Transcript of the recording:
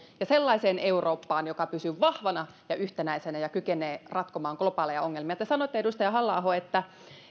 ja sellaiseen eurooppaan joka pysyy vahvana ja yhtenäisenä ja kykenee ratkomaan globaaleja ongelmia te sanoitte edustaja halla aho että